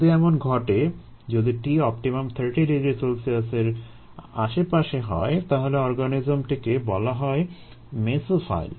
যদি এমন ঘটে থাকে যদি T optimum 30 ºC এর আশেপাশে হয় তাহলে অর্গানিজমটিকে বলা হয় মেসোফাইল